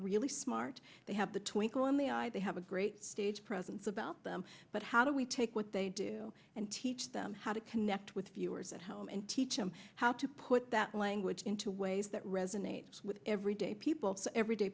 really smart they have the twinkle in the eye they have a great stage presence about them but how do we take what they do and teach them how to connect with viewers at home and teach them how to put that language into ways that resonates with everyday people everyday